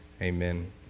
Amen